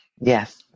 Yes